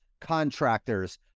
contractors